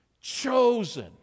Chosen